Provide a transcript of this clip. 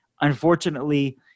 Unfortunately